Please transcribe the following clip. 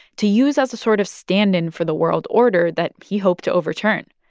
to use as a sort of stand-in for the world order that he hoped to overturn.